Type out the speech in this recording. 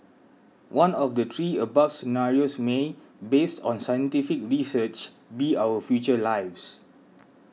one of the three above scenarios may based on scientific research be our future lives